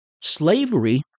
Slavery